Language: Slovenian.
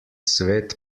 svet